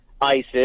ISIS